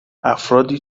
افرادی